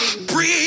breathe